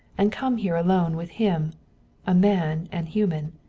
and come here alone with him a man and human.